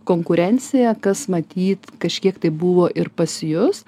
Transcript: konkurencija kas matyt kažkiek tai buvo ir pas jus